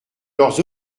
leurs